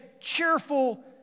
cheerful